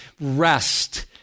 rest